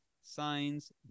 Signs